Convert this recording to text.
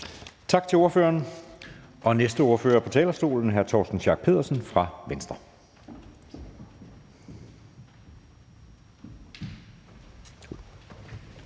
Tak til ordføreren. Næste ordfører på talerstolen er hr. Torsten Schack Pedersen fra Venstre.